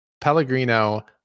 Pellegrino